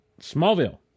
Smallville